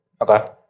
Okay